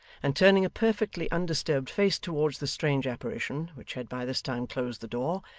and turning a perfectly undisturbed face towards the strange apparition, which had by this time closed the door,